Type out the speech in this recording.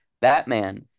Batman